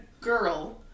girl